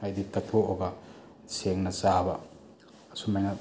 ꯍꯥꯏꯗꯤ ꯀꯠꯊꯣꯛꯂꯒ ꯁꯦꯡꯅ ꯆꯥꯕ ꯑꯁꯨꯝ ꯍꯥꯏꯅ